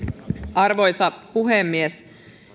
arvoisa puhemies